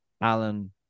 Alan